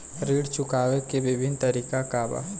ऋण चुकावे के विभिन्न तरीका का बा?